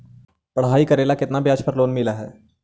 पढाई करेला केतना ब्याज पर लोन मिल हइ?